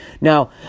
now